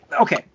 Okay